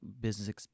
business